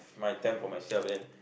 my time for myself then